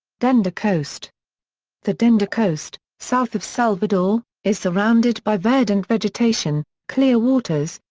dende coast the dende coast, south of salvador, is surrounded by verdant vegetation, clear waters,